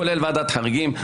כולל ועדת חריגים,